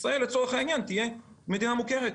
ישראל, לצורך העניין, תהיה מדינה מוכרת.